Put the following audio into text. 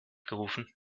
gerufen